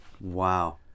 Wow